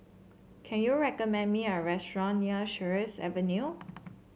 can you recommend me a restaurant near Sheares Avenue